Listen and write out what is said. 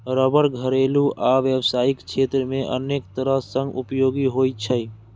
रबड़ घरेलू आ व्यावसायिक क्षेत्र मे अनेक तरह सं उपयोगी होइ छै